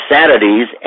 Saturdays